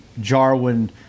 Jarwin